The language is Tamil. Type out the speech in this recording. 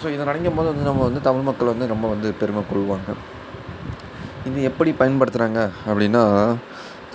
ஸோ இதை நினைக்கும்போது வந்து நம்ம வந்து தமிழ் மக்கள் வந்து ரொம்ப வந்து பெருமை கொள்வாங்க இது எப்படி பயன்படுத்துகிறாங்க அப்படினா